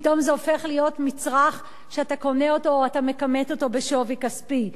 פתאום זה הופך להיות מצרך שאתה מכמת אותו בשווי כספי.